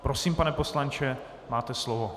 Prosím, pane poslanče, máte slovo.